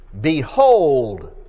behold